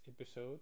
episode